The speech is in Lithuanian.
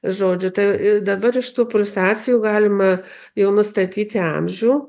žodžiu tai ir dabar iš tų pulsacijų galima jau nustatyti amžių